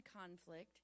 conflict